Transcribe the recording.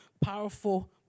powerful